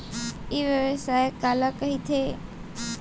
ई व्यवसाय काला कहिथे?